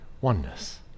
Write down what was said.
oneness